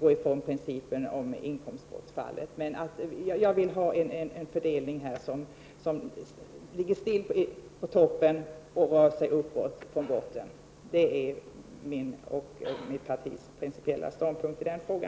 gå ifrån inkomstbortfallsprincipen. Jag vill emellertid att fördelningen skall vara sådan att den övre nivån ligger still, men att den nedre nivån höjs. Det är min och mitt partis principiella ståndpunkt i denna fråga.